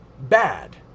bad